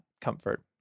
comfort